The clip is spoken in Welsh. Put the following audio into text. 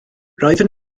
roeddwn